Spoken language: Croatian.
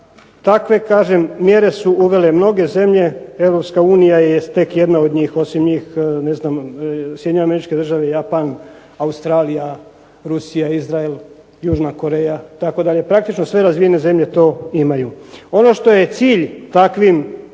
Takve kažem mjere su uvele mnoge zemlje. Europska unija je tek jedna od njih. Osim njih ne znam Sjedinjene Američke Države, Japan, Australija, Rusija, Izrael, Južna Koreja itd. Praktično sve razvijene zemlje to imaju. Ono što je cilj takvim